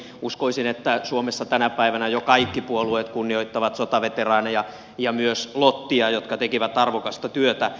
uskoisin että suomessa tänä päivänä jo kaikki puolueet kunnioittavat sotaveteraaneja ja myös lottia jotka tekivät arvokasta työtä